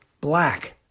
black